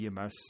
EMS